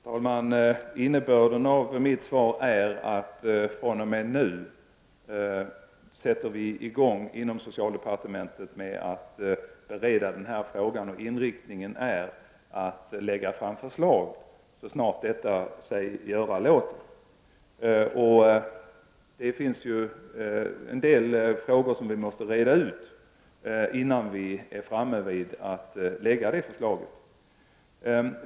Herr talman! Innebörden av mitt svar är att vi inom socialdepartementet fr.o.m. nu sätter i gång med att bereda denna fråga, och inriktningen är att lägga fram förslag så snart detta sig göra låter. Det finns ju en del frågor som måste redas ut, innan vi är färdiga att lägga fram förslaget.